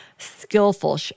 skillful